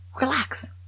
Relax